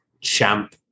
champ